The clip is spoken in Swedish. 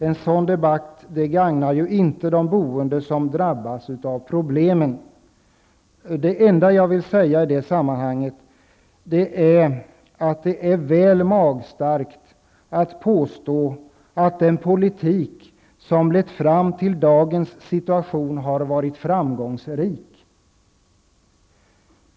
En sådan debatt gagnar inte de boende som har drabbats av sådana här problem. Det enda som jag vill säga i detta sammanhang är att det är väl magstarkt att påstå att den politik som lett fram till dagens situation har varit framgångsrik.